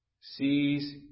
sees